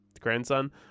grandson